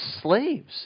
slaves